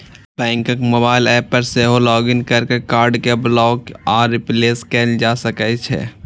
बैंकक mobile app पर सेहो लॉग इन कैर के कार्ड कें ब्लॉक आ रिप्लेस कैल जा सकै छै